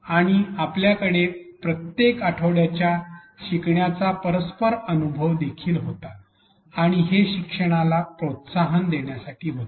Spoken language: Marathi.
आणि आपल्याकडे प्रत्येक आठवड्यात शिकण्याचा परस्पर संवाद अनुभव देखील होता आणि हे शिक्षणाला प्रोत्साहन देण्यासाठी होते